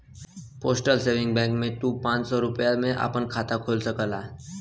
postal saving bank में तू पांच सौ रूपया में आपन खाता खोल सकला